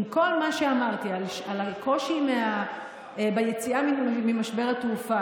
עם כל מה שאמרתי על הקושי ביציאה ממשבר התעופה,